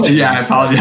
yeah, i apologize.